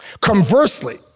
conversely